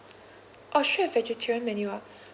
oh sure have vegetarian menu ah